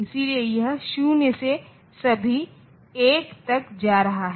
इसलिए यह 0 से सभी 1तक जा रहा है